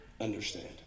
understand